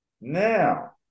Now